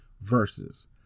versus